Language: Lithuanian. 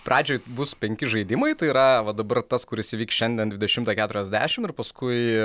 pradžioj bus penki žaidimai tai yra va dabar tas kuris įvyks šiandien dvidešimtą keturiasdešim ir paskui